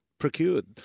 procured